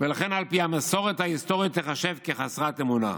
ולכן על פי המסורת ההיסטורית תיחשב כחסרת אמונה.